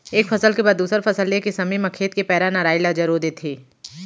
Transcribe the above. एक फसल के बाद दूसर फसल ले के समे म खेत के पैरा, नराई ल जरो देथे